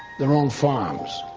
their own farms.